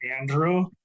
Andrew